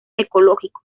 ecológicos